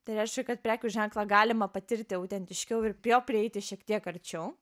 tai reiškia kad prekių ženklą galima patirti autentiškiau ir prie jo prieiti šiek tiek arčiau